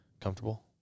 Comfortable